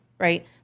Right